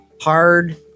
hard